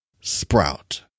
sprout